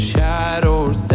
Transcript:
Shadows